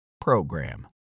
PROGRAM